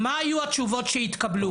מה היו התשובות שהתקבלו?